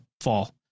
fall